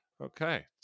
Okay